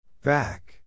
Back